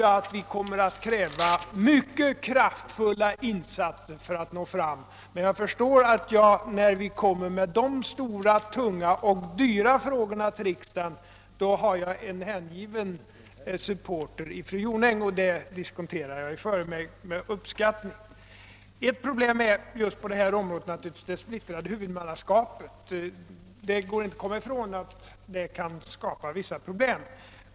Jag tror att mycket kraftfulla insatser måste krävas om vi skall nå fram till dem. När vi i riksdagen framlägger förslag om dessa stora och kostnadskrävande åtgärder förstår jag att jag har en hängiven supporter i fru Jonäng, och det inkasserar jag i förväg med uppskattning. Det går inte att komma ifrån att det splittrade huvudmannaskapet medför vissa problem.